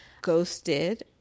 Ghosted